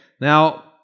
Now